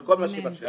על כל מה שהיא עושה.